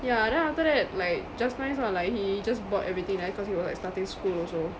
yeah then after that like just nice lah like he just bought everything there cause he was like starting school also